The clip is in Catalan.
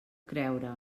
creure